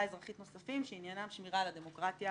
אזרחית נוספים שעניינים שמירה על הדמוקרטיה